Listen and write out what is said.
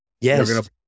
Yes